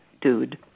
dude